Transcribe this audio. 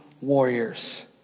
warriors